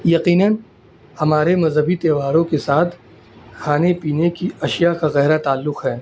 یقیناً ہمارے مذہبی تہواروں کے ساتھ کھانے پینے کی اشیاء کا گہرا تعلق ہے